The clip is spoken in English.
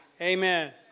Amen